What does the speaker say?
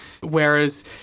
Whereas